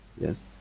Yes